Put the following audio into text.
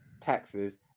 taxes